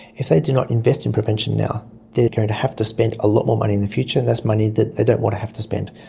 if they do not invest in prevention now they are going to have to spend a lot more money in the future, and that's money that they don't want to have to spend.